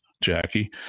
Jackie